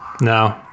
no